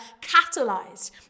catalyzed